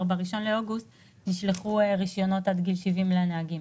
ב-1 באוגוסט נשלחו רישיונות עד גיל 70 לנהגים.